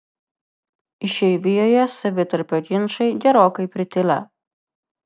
išeivijoje savitarpio ginčai gerokai pritilę